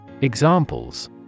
Examples